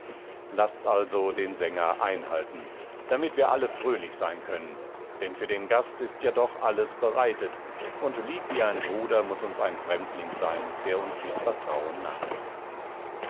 laßt also den sänger einhalten damit wir alle fröhlich sein können denn für den gast ist ja doch alles bereitet und lieb wie ein bruder muß uns ein fremdling sein der uns mit vertrauen nahet